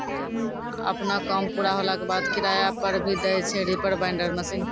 आपनो काम पूरा होला के बाद, किराया पर भी दै छै रीपर बाइंडर मशीन